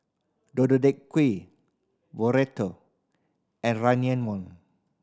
Deodeok Gui Burrito and Ramyeon